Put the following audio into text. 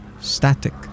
Static